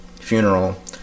funeral